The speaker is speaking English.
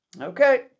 okay